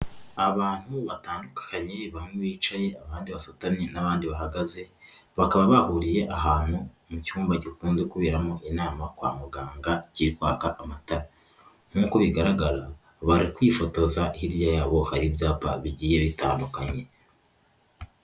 Abantu batandukanye, bamwe bicaye abandi basutamye n'abandi bahagaze, bakaba bahuriye ahantu mu cyumba gikunze kuberamo inama kwa muganga, kiri kwaka amatara, nk'uko bigaragara bari kwifotoza, hirya yabo hari ibyapa bigiye bitandukanye.